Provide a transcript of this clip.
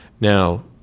Now